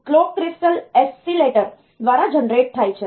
clock crystal oscillator દ્વારા generate થાય છે